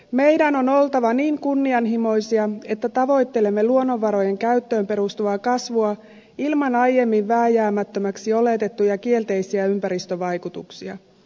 meidän on oltava niin kunnianhimoisia että tavoittelemme luonnonvarojen käyttöön perustuvaa kasvua ilman aiemmin vääjäämättömiksi oletettuja kielteisiä ympäristövaikutuksia